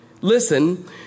listen